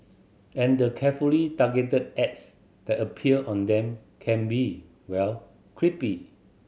and the carefully targeted ads that appear on them can be well creepy